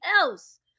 else